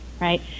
right